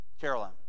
Caroline